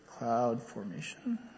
CloudFormation